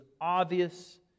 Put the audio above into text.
obvious